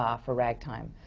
um for ragtime.